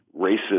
racist